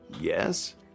Yes